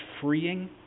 freeing